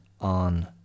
on